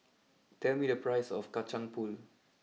tell me the price of Kacang Pool